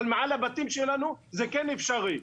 אבל מעל הבתים שלנו זה כן אפשרי.